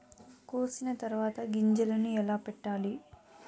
కోసిన తర్వాత గింజలను ఎలా పెట్టాలి